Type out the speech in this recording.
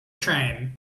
train